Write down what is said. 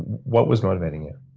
what was motivating you?